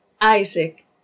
Isaac